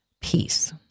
Peace